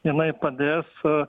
jinai padės